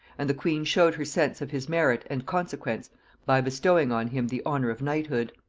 and the queen showed her sense of his merit and consequence by bestowing on him the honor of knighthood.